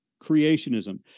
creationism